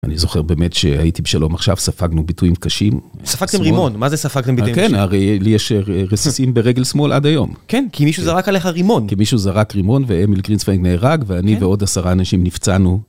אני זוכר באמת שהייתי בשלום עכשיו, ספגנו ביטויים קשים. ספגתם רימון, מה זה ספגתם ביטויים קשים? כן, הרי לי יש רסיסים ברגל שמאל עד היום. כן, כי מישהו זרק עליך רימון. כי מישהו זרק רימון ואמיל גרינצווייג נהרג ואני ועוד עשרה אנשים נפצענו.